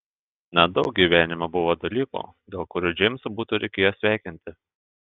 nedaug gyvenime buvo dalykų dėl kurių džeimsą būtų reikėję sveikinti